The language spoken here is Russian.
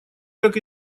как